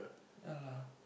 ya lah